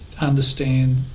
understand